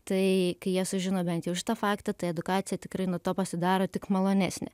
tai kai jie sužino bent jau šitą faktą tai edukacija tikrai nuo to pasidaro tik malonesnė